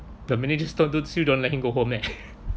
the manager still don't see you don't let him go home meh